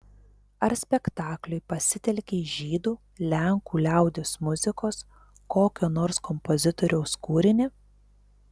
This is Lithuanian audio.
ar spektakliui pasitelkei žydų lenkų liaudies muzikos kokio nors kompozitoriaus kūrinį